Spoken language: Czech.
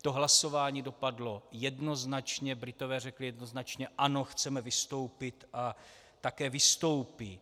To hlasování dopadlo jednoznačně, Britové řekli jednoznačně ano, chceme vystoupit, a také vystoupí.